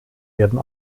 werden